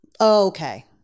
Okay